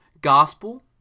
gospel